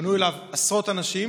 שפנו אליו עשרות אנשים.